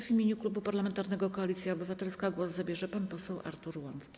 W imieniu Klubu Parlamentarnego Koalicja Obywatelska głos zabierze pan poseł Artur Łącki.